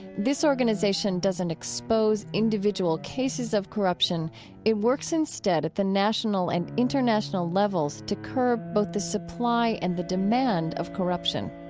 this organization doesn't expose individual cases of corruption it works instead at the national and international levels to curb both the supply and the demand of corruption